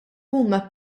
huma